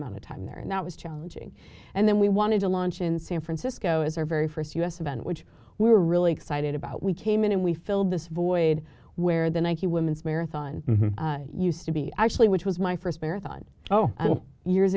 amount of time there and that was challenging and then we wanted to launch in san francisco is our very first u s event which we're really excited about we came in and we fill this void where the nike women's marathon used to be actually which was my first marathon oh years